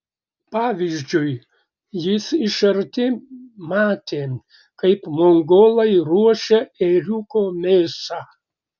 pavyzdžiui jis iš arti matė kaip mongolai ruošia ėriuko mėsą